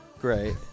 great